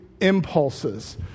impulses